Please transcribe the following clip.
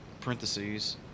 parentheses